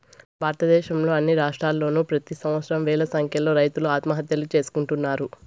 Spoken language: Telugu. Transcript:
మన భారతదేశంలో అన్ని రాష్ట్రాల్లోనూ ప్రెతి సంవత్సరం వేల సంఖ్యలో రైతులు ఆత్మహత్యలు చేసుకుంటున్నారు